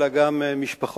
אלא גם משפחות,